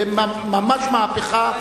ממש מהפכה,